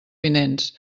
vinents